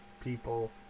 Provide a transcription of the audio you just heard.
people